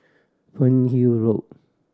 Fernhill Road